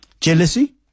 Jealousy